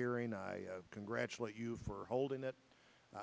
hearing i congratulate you for holding that